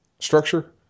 Structure